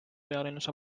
pealinnas